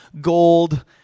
gold